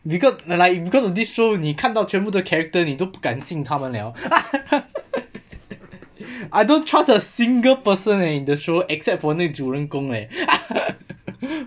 because like you because of this show 你看到全部的 character 你都不敢信他们 liao I don't trust a single person eh in the show except for 那个主人公 ah